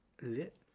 Lit